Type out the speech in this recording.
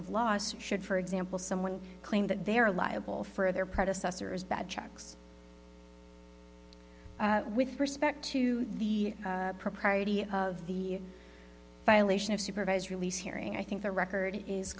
of loss should for example someone claim that they are liable for their predecessors bad checks with respect to the propriety of the violation of supervised release hearing i think the record is